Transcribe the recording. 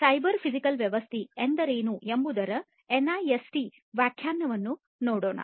cyber physical ವ್ಯವಸ್ಥೆ ಎಂದರೇನು ಎಂಬುದರ ಎನ್ಐಎಸ್ಟಿ ವ್ಯಾಖ್ಯಾನವನ್ನು ನೋಡೋಣ